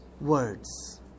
words